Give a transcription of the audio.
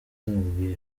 nkubwire